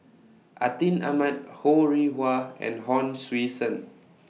Atin Amat Ho Rih Hwa and Hon Sui Sen